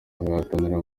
abahatanira